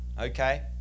okay